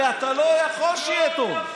הרי אתה לא יכול שיהיה טוב.